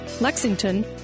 Lexington